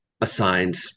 assigned